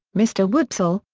mr. wopsle,